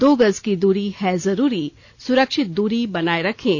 दो गज की दूरी है जरूरी सुरक्षित दूरी बनाए रखें